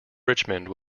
richmond